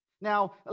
Now